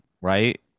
Right